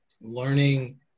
learning